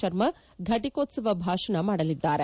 ಶರ್ಮಾ ಘಟಿಕೋತ್ಸವ ಭಾಷಣ ಮಾಡಲಿದ್ದಾರೆ